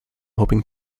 hoping